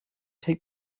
take